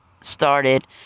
started